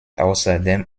außerdem